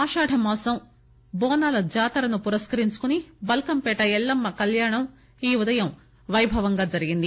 ఆషాఢమాసం బోనాల జాతరను పురస్కరించుకుని బల్కంపేట ఎల్లమ్మ కల్యాణం ఈ ఉదయం పైభవంగా జరిగింది